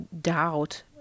doubt